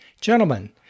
Gentlemen